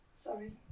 Sorry